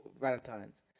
Valentine's